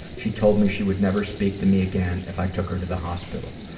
she told me she would never speak to me again if i took her to the hospital.